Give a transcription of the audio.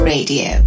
Radio